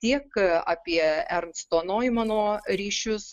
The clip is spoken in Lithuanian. tiek apie ernsto normano ryšius